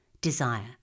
Desire